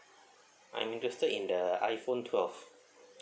I'm interested in the iphone twelve